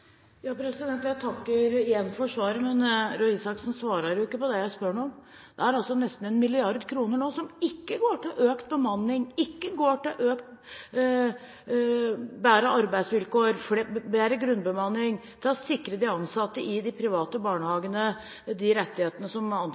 Jeg takker igjen for svaret, men Røe Isaksen svarer ikke på det jeg spør ham om. Det er nesten 1 mrd. kr som ikke går til økt bemanning, ikke går til bedre arbeidsvilkår, bedre grunnbemanning, til å sikre de ansatte i de private barnehagene de rettighetene som